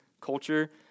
culture